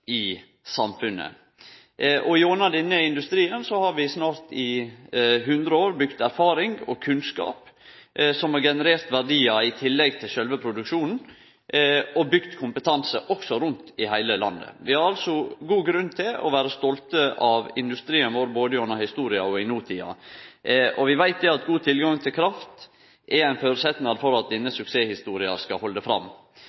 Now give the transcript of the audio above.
i samfunnet. Under denne industrien har vi snart i 100 år bygd erfaring og kunnskap som har generert verdiar i tillegg til sjølve produksjonen, og bygd kompetanse også rundt i heile landet. Det er god grunn til å vere stolt av industrien vår – både gjennom historia og i notida. Vi veit at god tilgang til kraft er ein føresetnad for at denne suksesshistoria skal halde fram.